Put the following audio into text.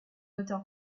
auteur